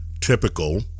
typical